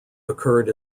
occurred